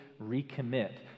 recommit